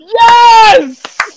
Yes